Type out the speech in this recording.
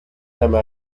tama